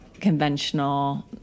conventional